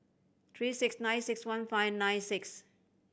three six nine six one five nine six